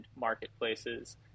marketplaces